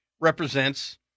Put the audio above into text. represents